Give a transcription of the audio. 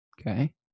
Okay